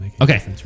Okay